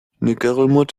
ngerulmud